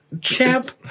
Champ